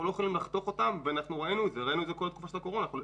אנחנו לא יכולים לחתוך אותם וראינו את זה בכל התקופה של הקורונה.